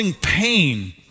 pain